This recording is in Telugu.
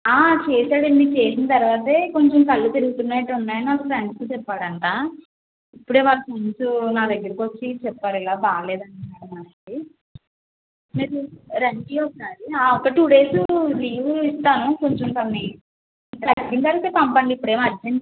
ఆ చేశాడండి చేసిన తర్వాతే కొంచెం కళ్ళు తిరుగుతున్నట్లు ఉన్నాయి అని తన ఫ్రెండ్స్కి చెప్పాడంటా ఇప్పుడే వాళ్ళ ఫ్రెండ్స్ నా దగ్గరికి వచ్చి చెప్పారు ఇలా బాగాలేదని అని తనకి మీరు రండి ఒకసారి ఒక టు డేస్ లీవ్ ఇస్తాను కొంచెం తనని తగ్గిన తర్వాత పంపండి ఇప్పుడు ఏమి అర్జెంట్